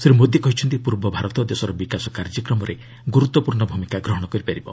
ଶ୍ରୀ ମୋଦି କହିଛନ୍ତି ପୂର୍ବ ଭାରତ ଦେଶର ବିକାଶ କାର୍ଯ୍ୟକ୍ରମରେ ଗୁରୁତ୍ୱପୂର୍ଣ୍ଣ ଭୂମିକା ଗ୍ରହଣ କରିପାରିବ